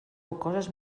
rocoses